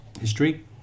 History